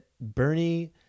Bernie